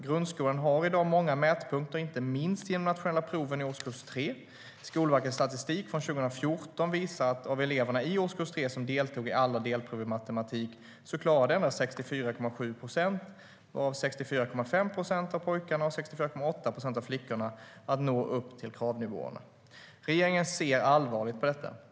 Grundskolan har i dag många mätpunkter, inte minst genom de nationella proven i årskurs 3. Skolverkets statistik från 2014 visar att av de elever i årskurs 3 som deltog i alla delprov i matematik klarade endast 64,7 procent, varav 64,5 procent av pojkarna och 64,8 procent av flickorna, att nå upp till kravnivåerna. Regeringen ser allvarligt på detta.